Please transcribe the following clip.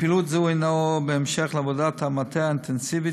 פעילות זו היא בהמשך לעבודת המטה האינטנסיבית